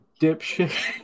dipshit